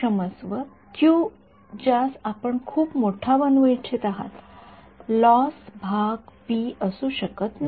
क्षमस्व क्यू ज्यास आपण खूप मोठा बनवू इच्छित आहात लॉस भाग पी असू शकत नाही